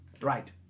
right